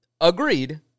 Agreed